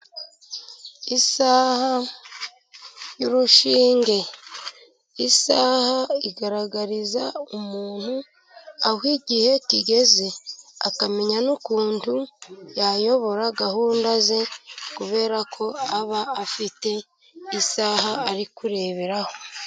Isaha y'urushinge, isaha igaragariza umuntu aho igihe kigeze akamenya n'ukuntu yayobora gahunda ze, kubera ko aba afite isaha ari kureberaho.